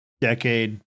decade